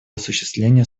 осуществления